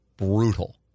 brutal